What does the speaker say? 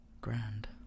Grand